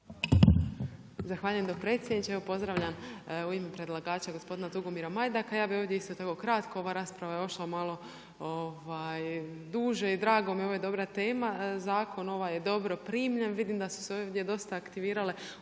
Zahvaljujem vam predsjedniče. Evo pozdravljam u ime predlagača gospodina Tugomira Majdaka. Ja bih ovdje isto tako kratko. Ova rasprava je ošla malo duže i drago mi je, ovo je dobra tema. Zakon ovaj je dobro primljen. Vidim da su se ovdje dosta aktivirale